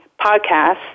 podcast